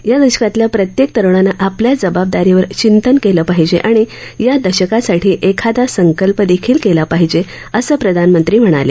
या दशकातल्या प्रत्येक तरुणानं आपल्या जबाबदारीवर चिंतन केलं पाहिजे आणि या दशकासाठी एखादा संकल्प देखील केला पाहिजे असं प्रधानमंत्री म्हणाले